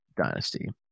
Dynasty